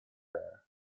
there